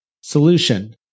Solution